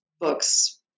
books